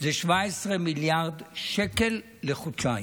זה 17 מיליארד שקל לחודשיים.